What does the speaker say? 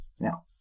Now